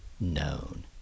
known